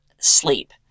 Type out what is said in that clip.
sleep